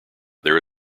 there